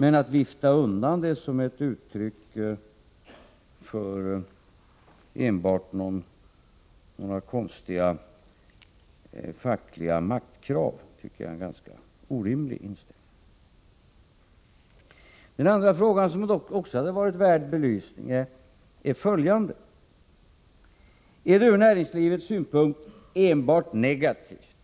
Men när man viftar undan denna reform som ett uttryck för enbart konstiga fackliga maktkrav har man en ganska orimlig inställning. Det finns ytterligare en fråga som hade varit värd en belysning. Är det ur näringslivets synpunkt enbart negativt